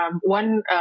One